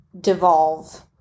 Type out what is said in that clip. devolve